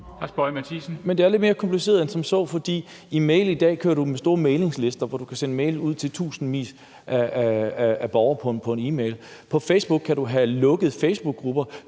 det er lidt mere kompliceret end som så, for i en mail i dag kører du med lange mailinglister, hvor du kan sende en mail ud til tusindvis af borgere. På Facebook kan du have lukkede facebookgrupper.